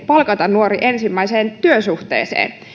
palkata nuori ensimmäiseen työsuhteeseen